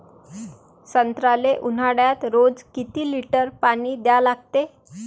संत्र्याले ऊन्हाळ्यात रोज किती लीटर पानी द्या लागते?